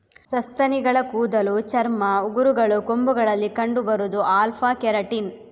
ಸಸ್ತನಿಗಳ ಕೂದಲು, ಚರ್ಮ, ಉಗುರುಗಳು, ಕೊಂಬುಗಳಲ್ಲಿ ಕಂಡು ಬರುದು ಆಲ್ಫಾ ಕೆರಾಟಿನ್